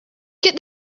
get